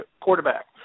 quarterback